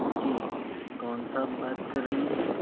جی کون صاحب بات کر رہے ہیں